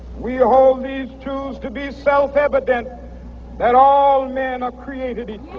we hold these truths to be self-evident that all men are created